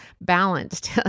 balanced